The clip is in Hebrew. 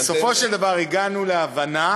בסופו של דבר הגענו להבנה,